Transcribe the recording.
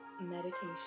Meditation